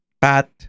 Pat